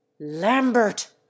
lambert